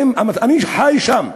אני חי שם,